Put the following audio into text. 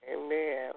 Amen